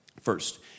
First